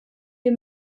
wir